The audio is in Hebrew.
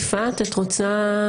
יפעת, את רוצה